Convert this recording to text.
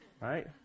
right